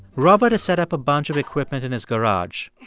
robert has set up a bunch of equipment in his garage.